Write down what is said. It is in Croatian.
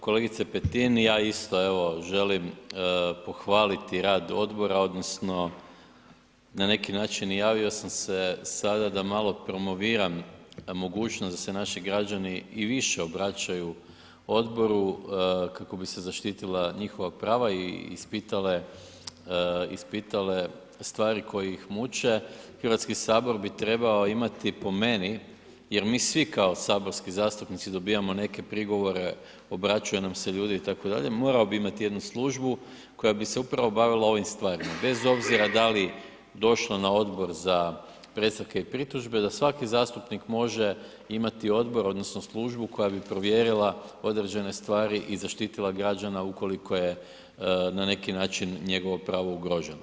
Kolegice Petin, ja isto evo želim pohvaliti rad odbora odnosno na neki način i javio sam se sada da malo promoviram mogućnost da se naši građani i više obraćaju odboru kako bi se zaštitila njihova prava i ispitale, ispitale stvari koje ih muče, HS bi trebao imati po meni, jer mi svi kao saborski zastupnici dobijamo neke prigovore, obraćaju nam se ljudi itd., morao bi imati jednu službu koja bi se upravo bavila ovim stvarima bez obzira da li došla na Odbor za predstavke i pritužbe, da svaki zastupnik može imati odbor odnosno službu koja bi provjerila određene stvari i zaštitila građana ukoliko je na neki način njegovo pravo ugroženo.